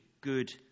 good